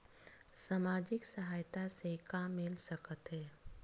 सामाजिक सहायता से का मिल सकत हे?